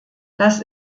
das